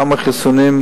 כמה חיסונים,